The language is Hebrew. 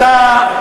אתה,